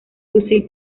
fusil